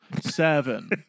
Seven